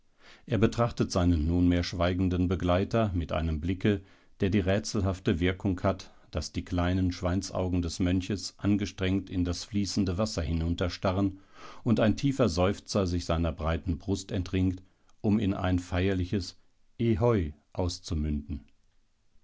er betrachtet seinen nunmehr schweigenden begleiter mit einem blicke der die rätselhafte wirkung hat daß die kleinen schweinsaugen des mönches angestrengt in das fließende wasser hinunterstarren und ein tiefer seufzer sich seiner breiten brust entringt um in ein feierliches